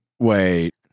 Wait